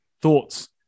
Thoughts